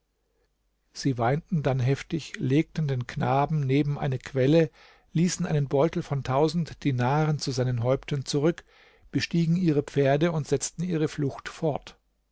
sie weinten dann heftig legten den knaben neben eine quelle ließen einen beutel von tausend dinaren zu seinen häupten zurück bestiegen ihre pferde und setzten ihre flucht fort